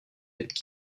êtes